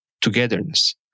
togetherness